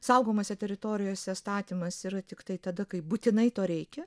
saugomose teritorijose statymas yra tiktai tada kai būtinai to reikia